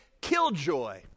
killjoy